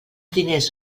diners